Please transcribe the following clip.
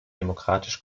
demokratisch